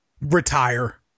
Retire